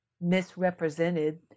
misrepresented